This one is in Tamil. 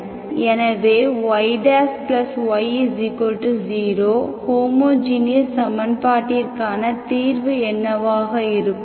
எனவே yy 0 ஹோமோஜீனியஸ் சமன்பாட்டிற்கான தீர்வு என்னவாக இருக்கும்